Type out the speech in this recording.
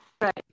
Right